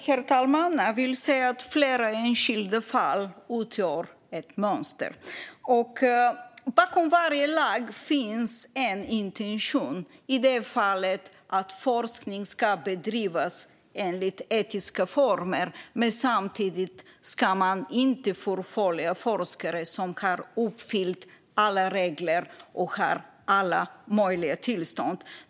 Herr talman! Jag vill säga att flera enskilda fall utgör ett mönster. Och bakom varje lag finns en intention - i det här fallet att forskning ska bedrivas enligt etiska former men att man samtidigt inte ska förfölja forskare som har uppfyllt alla regler och har alla möjliga tillstånd.